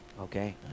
okay